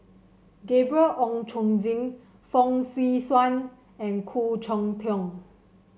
Gabriel Oon Chong Jin Fong Swee Suan and Khoo Cheng Tiong